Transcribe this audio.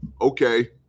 Okay